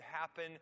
happen